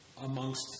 amongst